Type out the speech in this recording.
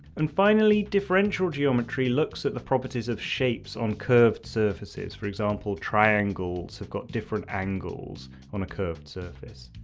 and finally, differential geometry looks and the properties of shapes on curved surfaces, for example triangles have got different angles on a curved surface,